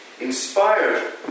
Inspired